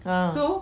ah